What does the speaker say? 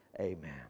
Amen